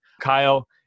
Kyle